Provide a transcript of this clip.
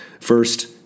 First